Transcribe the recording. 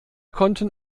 konnten